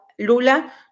Lula